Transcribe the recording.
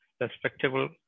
respectable